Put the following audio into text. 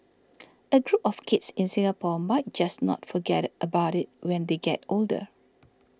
a group of kids in Singapore might just not forget about it when they get older